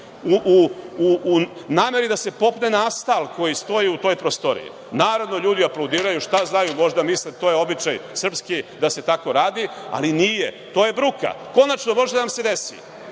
u nameri da se popne na astal koji stoji u toj prostoriji. Naravno, ljudi aplaudiraju, šta znaju, možda misle to je običaj srpski da se tako radi. Ali nije, to je bruka. Konačno, može da nam se desi,